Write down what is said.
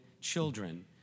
children